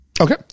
okay